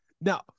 Now